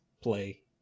play